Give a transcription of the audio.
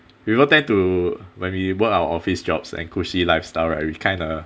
people tend to when we work our office jobs and cushy lifestyle right we kinda